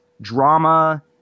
drama